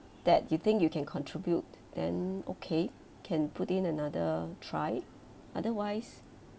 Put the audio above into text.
that you think you can contribute then okay can put in another try otherwise